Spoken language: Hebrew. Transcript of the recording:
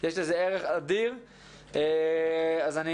יש לזה ערך אדיר.